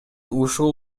ушул